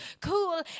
cool